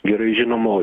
gerai žinomo